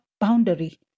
boundary